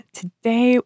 today